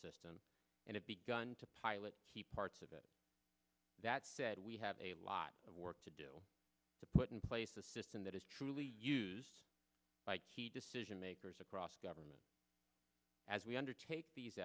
system and it begun to pilot key parts of it that said we have a lot of work to do to put in place a system that is truly used by key decision makers across government as we undertake these